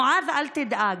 מועאז, אל תדאג,